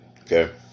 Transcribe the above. okay